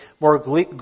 more